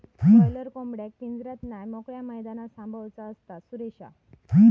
boiler कोंबडेक पिंजऱ्यात नाय मोकळ्या मैदानात सांभाळूचा असता, सुरेशा